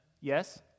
Yes